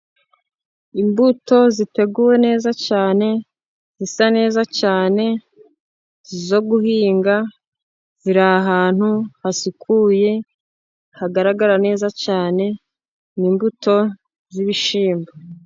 Imbuto ziteguwe neza cyane, zisa neza cyane zo guhinga. Ziri ahantu hasukuye hagaragara neza cyane imbuto z'ibishyimbo.